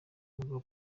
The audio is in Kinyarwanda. mugabo